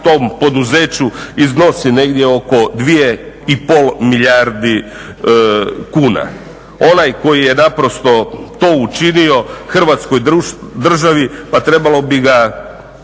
Hrvatskoj državi pa trebalo bi ga